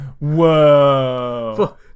whoa